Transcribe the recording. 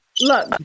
Look